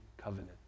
covenant